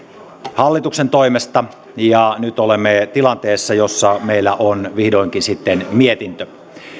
hallituksen toimesta ja nyt olemme tilanteessa jossa meillä on vihdoinkin mietintö